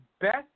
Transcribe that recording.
best